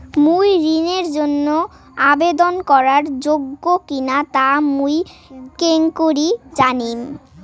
মুই ঋণের জন্য আবেদন করার যোগ্য কিনা তা মুই কেঙকরি জানিম?